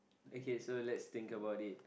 okay so let's think about it